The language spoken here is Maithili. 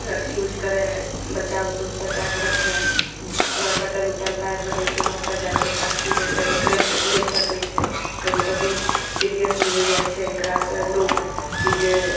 यूज करय बच्चा बुतरूसँ बचाकऽ रखय अगर कटल उटल तार रहय छै ओहाँपर जाकऽ बच्चा छु देतय तऽ करेन्ट लागि सकय छै कभी कभी सीरियस भी होइ जाइ छै एकरासँ लोग कि जे